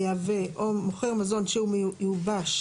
מייבא או מוכר מזון שהוא מיובש,